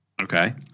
Okay